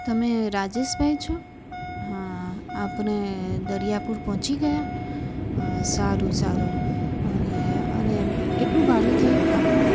તમે રાજેશભાઈ છો હા આપણે દરિયાપુર પહોંચી ગયા સારું સારું અને અરે કેટલું ભાડું થયું આપણું